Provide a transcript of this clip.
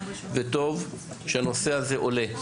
טוב שהנושא הזה עולה.